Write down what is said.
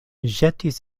ĵetis